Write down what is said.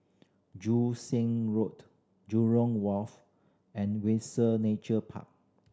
Joo Seng Road Jurong Wharf and Windsor Nature Park